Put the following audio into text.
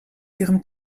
ihrem